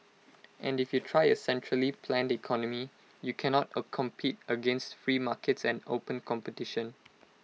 and if you try A centrally planned economy you cannot A compete against free markets and open competition